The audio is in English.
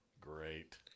Great